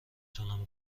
تونم